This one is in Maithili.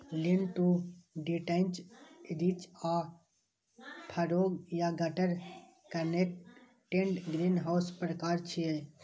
लीन टु डिटैच्ड, रिज आ फरो या गटर कनेक्टेड ग्रीनहाउसक प्रकार छियै